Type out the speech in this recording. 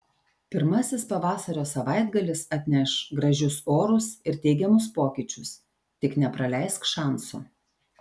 pirmasis pavasario savaitgalis atneš gražius orus ir teigiamus pokyčius tik nepraleisk šanso